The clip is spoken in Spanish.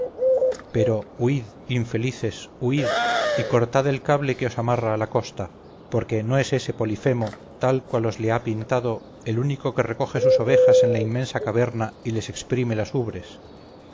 pero huid infelices huid y cortad el cable que os amarra a la costa porque no es ese polifemo tal cual os le ha pintado el único que recoge sus ovejas en la inmensa caverna y les exprime las ubres